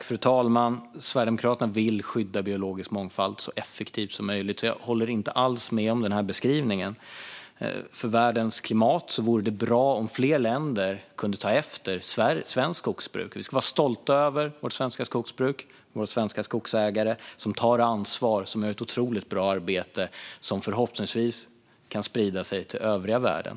Fru talman! Sverigedemokraterna vill skydda biologisk mångfald så effektivt som möjligt, så jag håller inte alls med om beskrivningen. För världens klimat vore det bra om fler länder kunde ta efter svenskt skogsbruk. Vi ska vara stolta över vårt svenska skogsbruk och våra svenska skogsägare som tar ansvar och gör ett otroligt bra arbete som förhoppningsvis kan sprida sig till övriga världen.